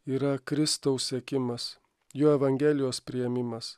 yra kristaus sekimas jo evangelijos priėmimas